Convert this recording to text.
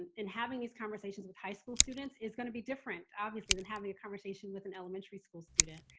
and and having these conversations with high school students is going to be different, obviously, than having a conversation with an elementary school student.